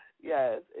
Yes